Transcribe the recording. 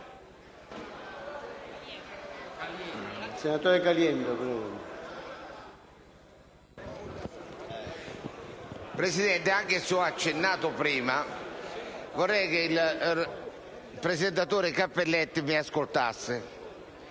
Presidente, anche se l'ho accennato prima, vorrei che i presentatori mi ascoltassero.